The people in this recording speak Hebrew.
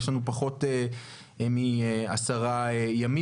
יש לנו פחות מעשרה ימים.